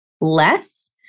less